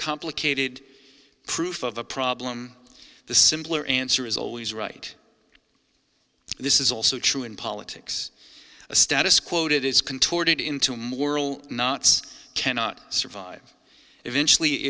complicated proof of a problem the simpler answer is always right this is also true in politics a status quo that is contorted into moral knots cannot survive eventually